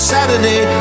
Saturday